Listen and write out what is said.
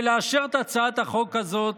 ולאשר את הצעת החוק הזאת,